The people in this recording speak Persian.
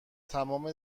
تمام